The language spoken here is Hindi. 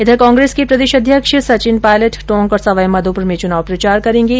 उधर कांग्रेस के प्रदेशाध्यक्ष सचिन पायलट टोंक और सवाईमाधोपुर में चुनाव प्रचार करेंगे